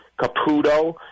Caputo